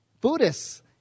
Buddhists